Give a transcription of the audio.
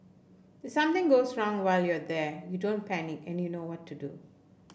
if something goes wrong while you're there you don't panic and you know what to do